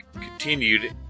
continued